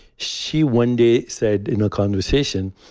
she one day said in a conversation,